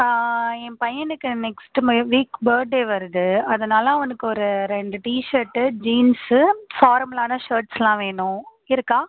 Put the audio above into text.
என் பையனுக்கு நெக்ஸ்ட் ம week birthday வருது அதனால் அவனுக்கு ஒரு ரெண்டு டீஷர்ட்டு ஜீன்ஸு ஃபார்மலான ஷர்ட்ஸ்லாம் வேணும் இருக்கா